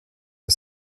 the